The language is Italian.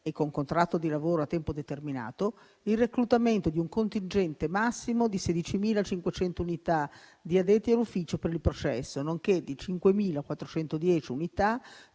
e con contratto di lavoro a tempo determinato, il reclutamento di un contingente massimo di 16.500 unità di addetti all'ufficio per il processo, nonché di 5.410 unità